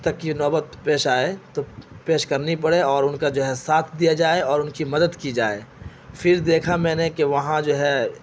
تک کی نوبت پیش آئے پیش کرنی پڑے اور ان کا جو ہے ساتھ دیا جائے اور ان کی مدد کی جائے پھر دیکھا میں نے کہ وہاں جو ہے